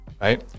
right